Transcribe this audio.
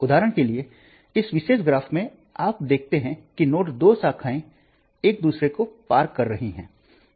उदाहरण के लिए इस विशेष ग्राफ में आप देखते हैं कि नोड दो शाखाएं एक दूसरे को पार कर रही हैं